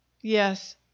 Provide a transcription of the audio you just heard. Yes